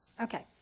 okay